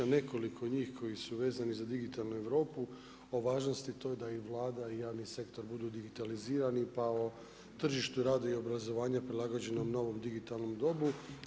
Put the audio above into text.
Nekoliko njih koji su vezani za digitalnu Europu o važnosti toj da i Vlada i javni sektor budu digitalizirani, pa o tržištu rada i obrazovanja prilagođenom novom digitalnom dobu.